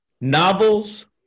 novels